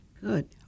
Good